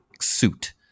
suit